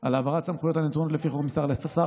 על העברת סמכויות הנתונות לפי חוק משר לשר,